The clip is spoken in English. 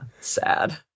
sad